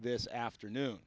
this afternoon